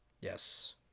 Yes